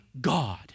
God